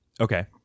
okay